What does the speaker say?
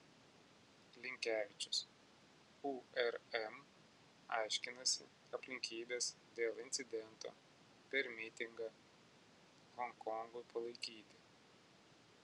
linkevičius urm aiškinasi aplinkybes dėl incidento per mitingą honkongui palaikyti